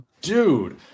Dude